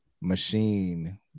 machine